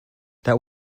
that